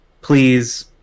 Please